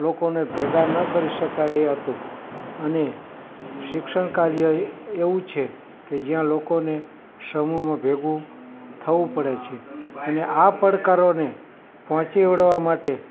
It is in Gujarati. લોકોને ભેગા ન કરી શકાય એ હતું અને શિક્ષણ કાર્ય એ એવું છે કે જ્યાં લોકોને સમૂહમાં ભેગું થવું પડે છે અને આ પડકારોને પહોંચી વળવા માટે